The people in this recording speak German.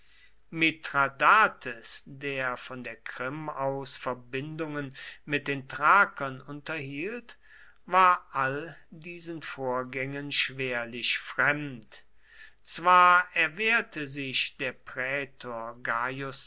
mithradates der von der krim aus verbindungen mit den thrakern unterhielt war all diesen vorgängen schwerlich fremd zwar erwehrte sich der prätor